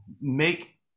make